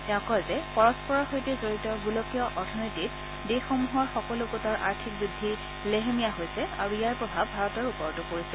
তেওঁ কয় যে পৰস্পৰৰ সৈতে জড়িত গোলকীয় অথনীতিত দেশসমূহৰ সকলো গোটৰ আৰ্থিক বৃদ্ধি লেহেমীয়া হৈছে আৰু ইয়াৰ প্ৰভাৱ ভাৰতৰ ওপৰতো পৰিছে